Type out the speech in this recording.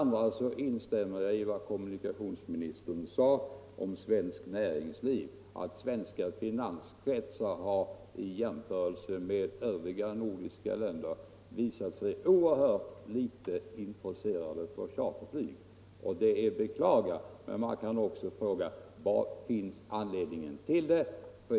Jag instämmer i vad kommunikationsministern sade om svenskt nä Nr 6 ringsliv — att svenska finanskretsar i jämförelse med finanskretsar i övriga Torsdagen den nordiska länder har visat sig oerhört litet intresserade av charterflyg. 16 januari 1975 Det är att beklaga. Men man kan också fråga: Var finns anledningen LL till detta?